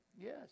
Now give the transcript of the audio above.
Yes